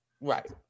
right